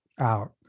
out